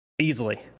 Easily